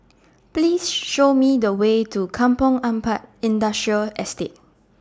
Please Show Me The Way to Kampong Ampat Industrial Estate